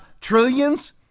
trillions